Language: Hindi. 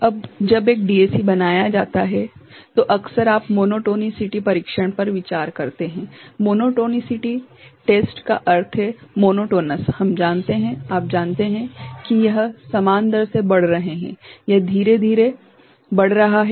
अब जब एक डीएसी बनाया जाता है तो अक्सर आप मोनोटोनिसिटी परीक्षण पर विचार करते हैं मोनोटोनिसिटी परीक्षण का अर्थ है मोनोटोनस हम जानते हैं कि आप जानते हैं कि यह समान दर से बढ़ रहे हैं यह धीरे धीरे बढ़ रहा है